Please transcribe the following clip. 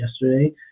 yesterday